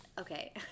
Okay